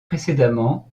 précédemment